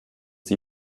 sie